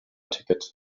ticket